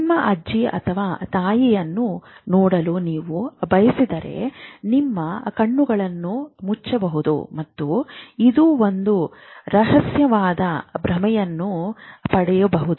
ನಿಮ್ಮ ಅಜ್ಜಿ ಅಥವಾ ತಾಯಿಯನ್ನು ನೋಡಲು ನೀವು ಬಯಸಿದರೆ ನಿಮ್ಮ ಕಣ್ಣುಗಳನ್ನು ಮುಚ್ಚಬಹುದು ಮತ್ತು ಇದು ಒಂದು ರಹಸ್ಯವಾದ ಭ್ರಮೆಯನ್ನು ಪಡೆಯಬಹುದು